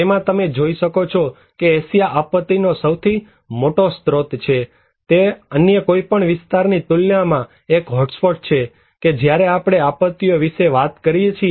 તેમાં તમે જોઈ શકો છો કે એશિયા આપત્તિનો સૌથી મોટો સ્ત્રોત છે તે અન્ય કોઈપણ વિસ્તારની તુલનામાં એક હોટસ્પોટ છે કે જ્યારે આપણે આપત્તિઓ વિશે વાત કરીએ છીએ